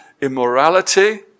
immorality